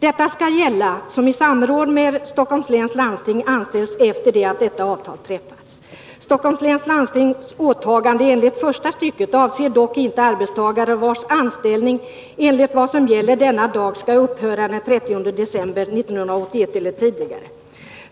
Detsamma skall gälla den som i samråd med SLL anställs efter det att detta avtal träffats. SLL:s åtagande enligt första stycket avser dock inte arbetstagare vars anställning enligt vad som gäller denna dag skall upphöra den 31 december 1981 eller tidigare.